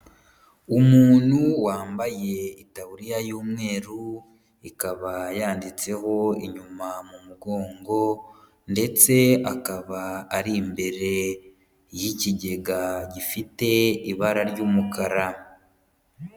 Umuntu wambaye itaburiya y'umweru, ikaba yanditseho inyuma mu mugongo ndetse akaba ari imbere y'ikigega gifite ibara ry'umukara.